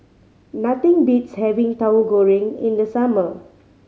nothing beats having Tauhu Goreng in the summer